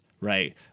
right